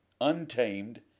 untamed